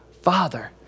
Father